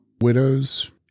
widows